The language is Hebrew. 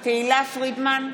פרידמן,